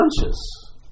conscious